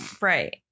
Right